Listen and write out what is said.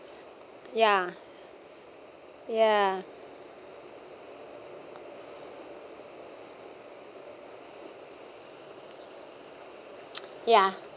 ya ya ya